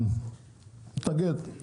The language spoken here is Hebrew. הוא